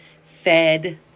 fed